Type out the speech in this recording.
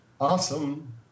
Awesome